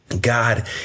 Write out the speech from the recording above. God